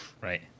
Right